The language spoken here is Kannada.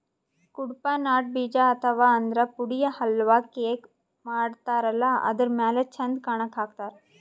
ಕುಡ್ಪಾ ನಟ್ ಬೀಜ ಅಥವಾ ಆದ್ರ ಪುಡಿ ಹಲ್ವಾ, ಕೇಕ್ ಮಾಡತಾರಲ್ಲ ಅದರ್ ಮ್ಯಾಲ್ ಚಂದ್ ಕಾಣಕ್ಕ್ ಹಾಕ್ತಾರ್